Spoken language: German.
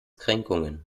kränkungen